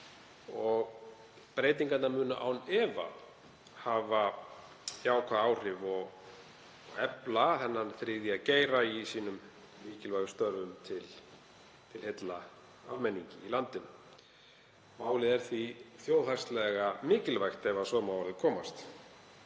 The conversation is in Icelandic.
Breytingarnar munu án efa hafa jákvæð áhrif og efla þennan þriðja geira í sínum mikilvægu störfum til heilla almenningi í landinu. Málið er því þjóðhagslega mikilvægt, ef svo má að orði komast.